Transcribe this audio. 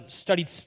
studied